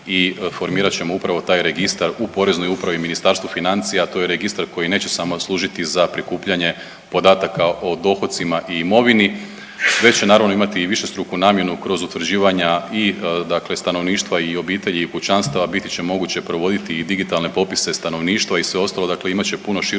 i formirat ćemo upravo taj registar u Poreznoj upravi Ministarstvu financija, to je registar koji neće samo služiti za prikupljanje podataka o dohocima i imovini već će naravno imati i višestruku namjenu kroz utvrđivanja i stanovništva i obitelji i kućanstava, biti će moguće provoditi i digitalne popise stanovništva i sve ostalo dakle imat će puno širu